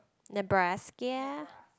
Nebraska